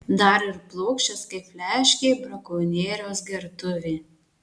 dar ir plokščias kaip fliaškė brakonieriaus gertuvė